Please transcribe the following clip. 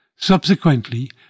Subsequently